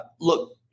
Look